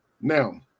Now